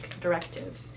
directive